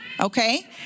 okay